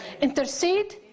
intercede